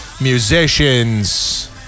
musicians